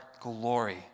glory